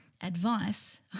advice